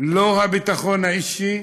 לא הביטחון האישי,